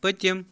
پٔتِم